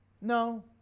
No